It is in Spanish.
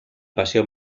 paseo